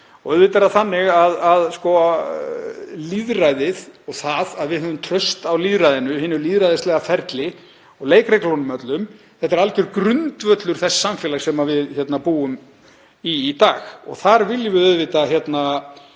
og auðvitað er lýðræðið og það að við höfum traust á lýðræðinu, hinu lýðræðislega ferli og leikreglunum öllum, algjör grundvöllur þess samfélags sem við búum í í dag. Þar viljum við auðvitað